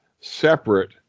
separate